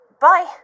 Bye